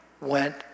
went